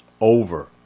over